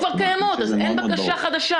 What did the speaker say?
הן כבר קיימות אז אין בקשה חדשה,